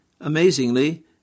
Amazingly